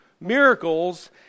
miracles